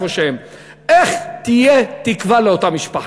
איך תהיה תקווה לאותה משפחה?